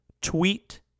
Tweet